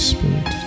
Spirit